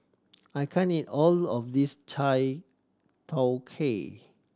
I can't eat all of this chai tow kway